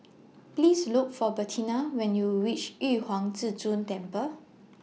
Please Look For Bertina when YOU REACH Yu Huang Zhi Zun Temple